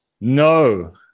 No